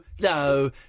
no